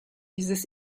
dieses